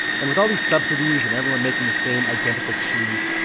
and with all these subsidies and everyone making the same identical cheese,